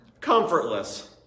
Comfortless